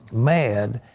man,